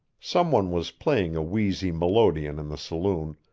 some one was playing a wheezy melodeon in the saloon,